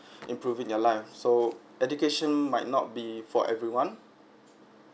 improving their life so education might not be for everyone